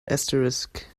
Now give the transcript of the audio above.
asterisk